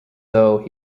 though